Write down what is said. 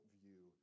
view